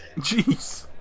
Jeez